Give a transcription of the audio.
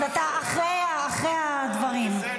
אז אתה אחרי הדברים.